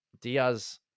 Diaz